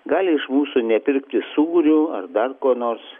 gali iš mūsų nepirkti sūrių ar dar ko nors